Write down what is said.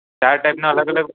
ચાર ટાઈપના અલગ અલગ